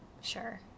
Sure